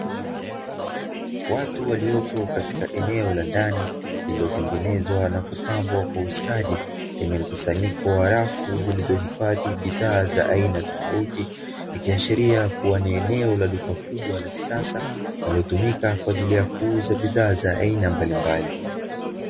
Watu waliopo katika eneo la ndani lililotengenezwa na kupambwa kwa ustadi, lenye mkusanyiko wa rafu zilizohifadhi bidhaa za aina tofauti likiashiria kuwa ni eneo la duka kubwa la kisasa kwa ajili ya kuuza bidhaa za aina mbalimbali.